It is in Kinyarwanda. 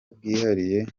bwihariye